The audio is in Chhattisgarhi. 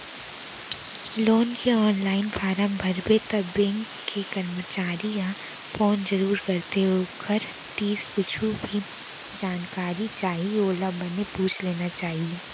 लोन के ऑनलाईन फारम भरबे त बेंक के करमचारी ह फोन जरूर करथे ओखर तीर कुछु भी जानकारी चाही ओला बने पूछ लेना चाही